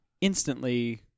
instantly